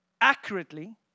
accurately